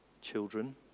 children